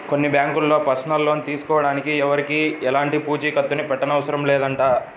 కొన్ని బ్యాంకుల్లో personal loan తీసుకోడానికి ఎవరికీ ఎలాంటి పూచీకత్తుని పెట్టనవసరం లేదంట